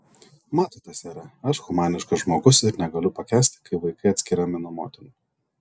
matote sere aš humaniškas žmogus ir negaliu pakęsti kai vaikai atskiriami nuo motinų